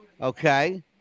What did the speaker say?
Okay